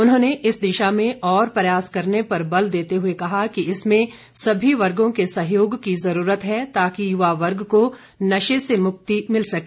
उन्होंने इस दिशा में अभी और प्रयास करने पर बल देते हुए कहा कि इसमें सभी वर्गो के सहयोग की जरूरत है ताकि युवा वर्ग को नशे से मुक्ति मिल सके